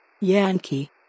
yankee